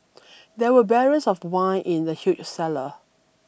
there were barrels of wine in the huge cellar